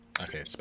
Okay